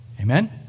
Amen